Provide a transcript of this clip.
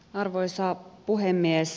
arvoisa puhemies